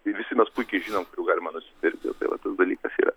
ir visi mes puikiai žinom kur jų galima nusipirkti tai vat tas dalykas yra